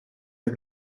der